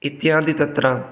इत्यादि तत्र